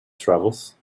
travels